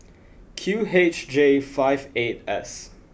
Q H J five eight S